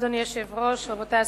אדוני היושב-ראש, תודה, רבותי השרים,